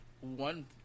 one